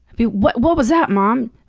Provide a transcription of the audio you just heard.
be what what was that, mom?